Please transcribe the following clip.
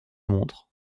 montre